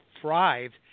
thrived